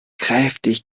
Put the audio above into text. kräftig